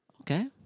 Okay